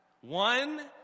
One